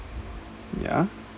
ya